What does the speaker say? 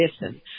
listen